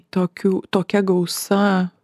tokių tokia gausa